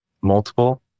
multiple